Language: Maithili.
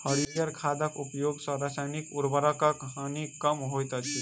हरीयर खादक उपयोग सॅ रासायनिक उर्वरकक हानि कम होइत अछि